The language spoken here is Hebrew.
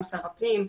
גם שר הפנים,